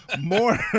More